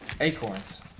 acorns